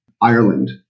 Ireland